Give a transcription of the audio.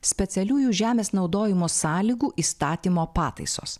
specialiųjų žemės naudojimo sąlygų įstatymo pataisos